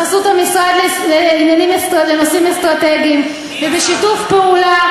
בחסות המשרד לנושאים אסטרטגיים ובשיתוף פעולה,